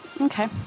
Okay